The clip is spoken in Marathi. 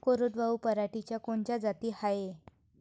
कोरडवाहू पराटीच्या कोनच्या जाती हाये?